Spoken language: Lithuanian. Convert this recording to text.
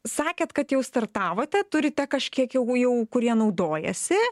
sakėt kad jau startavote turite kažkiek jau jau kurie naudojasi